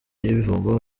bivugwa